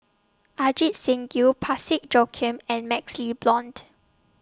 Ajit Singh Gill Parsick Joaquim and MaxLe Blond